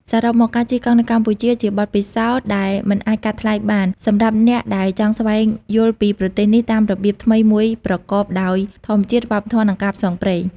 សរុបមក ការជិះកង់នៅកម្ពុជាជាបទពិសោធន៍ដែលមិនអាចកាត់ថ្លៃបានសម្រាប់អ្នកដែលចង់ស្វែងយល់ពីប្រទេសនេះតាមរបៀបថ្មីមួយប្រកបដោយធម្មជាតិ វប្បធម៌ និងការផ្សងព្រេង។